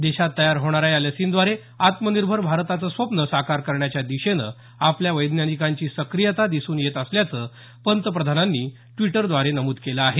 देशात तयार होणाऱ्या या लसींद्वारे आत्मनिर्भर भारताचं स्वप्न साकार करण्याच्या दिशेनं आपल्या वैज्ञानिकांची सक्रियता दिसून येत असल्याचं पंतप्रधानांनी म्हटलं आहे